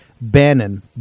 Bannon